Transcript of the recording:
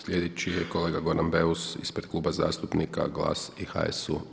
Slijedeći je kolega Goran Beus ispred Kluba zastupnika GLAS-a i HUS-a.